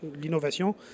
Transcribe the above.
l'innovation